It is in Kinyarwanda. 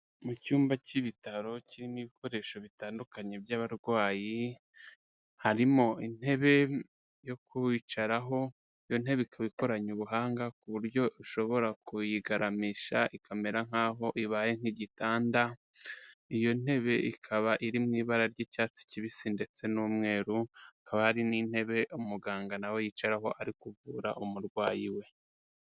Mu cyumba cy'ibitaro kirimo ibikoresho bitandukanye by'abarwayi, harimo intebe yo kuwicaraho iyo ntebe ikaba ikoranye ubuhanga ku buryo ushobora kuyigaramisha ikamera nk'aho ibaye nk'igitanda, iyo ntebe ikaba iri mu ibara ry'icyatsi kibisi ndetse n'umweru, akaba hari n'intebe umuganga na we yicaraho ari kuvura umurwayi we.